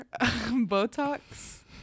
Botox